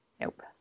Nope